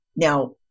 Now